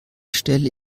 stelle